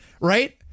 right